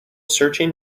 searching